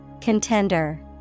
Contender